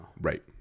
Right